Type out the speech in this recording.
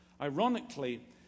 Ironically